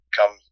Come